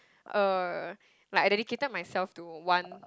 uh like I dedicated myself to one